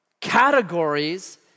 categories